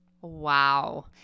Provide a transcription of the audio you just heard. Wow